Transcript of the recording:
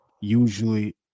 Usually